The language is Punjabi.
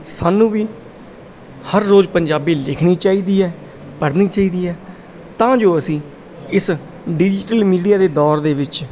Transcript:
ਸਾਨੂੰ ਵੀ ਹਰ ਰੋਜ਼ ਪੰਜਾਬੀ ਲਿਖਣੀ ਚਾਹੀਦੀ ਹੈ ਪੜਨੀ ਚਾਹੀਦੀ ਹੈ ਤਾਂ ਜੋ ਅਸੀਂ ਇਸ ਡਿਜੀਟਲ ਮੀਡੀਆ ਦੇ ਦੌਰ ਦੇ ਵਿੱਚ